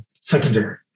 secondary